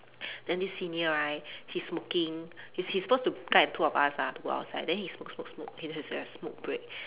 then this senior right he smoking he's he's supposed to guide the two of us ah to go outside then he smoke smoke smoke he his err smoke break